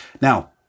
Now